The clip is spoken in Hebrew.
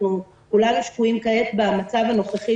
כולנו שקועים כעת במצב הנוכחי,